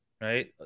right